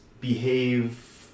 behave